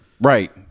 Right